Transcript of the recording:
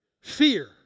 Fear